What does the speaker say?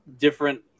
different